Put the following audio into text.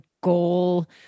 goal